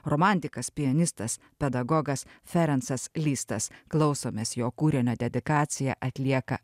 romantikas pianistas pedagogas ferencas listas klausomės jo kūrinio dedikacija atlieka